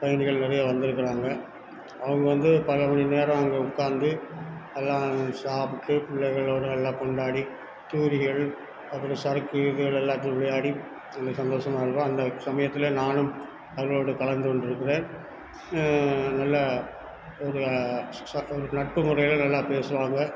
பயணிகள் நிறைய வந்துருக்கிறாங்க அவங்க வந்து பல மணி நேரம் அங்கே உட்காந்து எல்லாம் சாப்பிட்டு பிள்ளைகளோட எல்லாம் கொண்டாடி தூரிகள் அப்புறம் சறுக்கு கிறுக்குகள் எல்லாத்தையும் விளையாடி ரொம்ப சந்தோஷமா இருக்கும் அந்த சமயத்தில் நானும் அவர்களோடு கலந்து கொண்டிருக்கிறேன் நல்ல ஒரு ஒரு நட்புமுறையில் நல்லா பேசுவாங்க